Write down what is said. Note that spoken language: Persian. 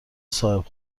صاحب